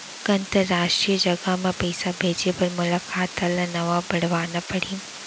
का अंतरराष्ट्रीय जगह म पइसा भेजे बर मोला खाता ल नवा बनवाना पड़ही?